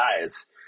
guys